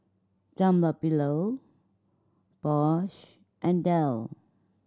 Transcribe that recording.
Dunlopillo Bosch and Dell